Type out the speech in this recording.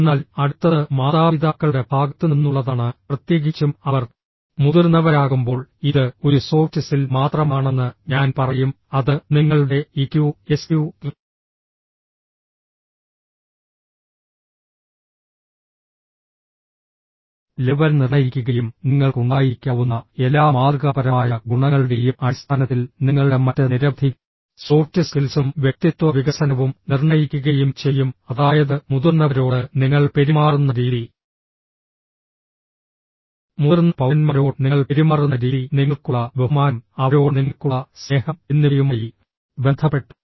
എന്നാൽ അടുത്തത് മാതാപിതാക്കളുടെ ഭാഗത്തുനിന്നുള്ളതാണ് പ്രത്യേകിച്ചും അവർ മുതിർന്നവരാകുമ്പോൾ ഇത് ഒരു സോഫ്റ്റ് സ്കിൽ മാത്രമാണെന്ന് ഞാൻ പറയും അത് നിങ്ങളുടെ ഇക്യു എസ്ക്യു ലെവൽ നിർണ്ണയിക്കുകയും നിങ്ങൾക്ക് ഉണ്ടായിരിക്കാവുന്ന എല്ലാ മാതൃകാപരമായ ഗുണങ്ങളുടെയും അടിസ്ഥാനത്തിൽ നിങ്ങളുടെ മറ്റ് നിരവധി സോഫ്റ്റ് സ്കിൽസും വ്യക്തിത്വ വികസനവും നിർണ്ണയിക്കുകയും ചെയ്യും അതായത് മുതിർന്നവരോട് നിങ്ങൾ പെരുമാറുന്ന രീതി മുതിർന്ന പൌരന്മാരോട് നിങ്ങൾ പെരുമാറുന്ന രീതി നിങ്ങൾക്കുള്ള ബഹുമാനം അവരോട് നിങ്ങൾക്കുള്ള സ്നേഹം എന്നിവയുമായി ബന്ധപ്പെട്ട്